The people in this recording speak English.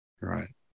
Right